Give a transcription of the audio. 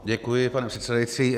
Děkuji, pane předsedající.